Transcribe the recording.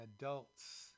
adults